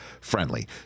friendly